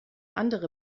andere